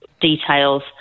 details